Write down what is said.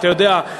אתה יודע,